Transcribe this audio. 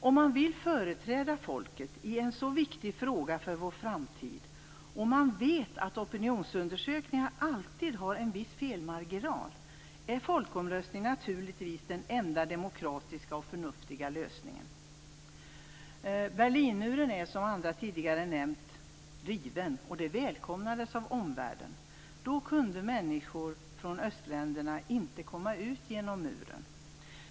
Om man vill företräda folket i en så här viktig fråga för vår framtid, och man vet att opinionsundersökningar alltid har en viss felmarginal, är folkomröstning naturligtvis den enda demokratiska och förnuftiga lösningen. Berlinmuren är, som andra tidigare nämnt, riven. Det välkomnades av omvärlden. Förut kunde människor från östländerna inte komma ut genom muren.